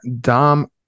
Dom